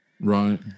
right